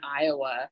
Iowa